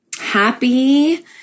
Happy